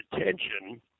attention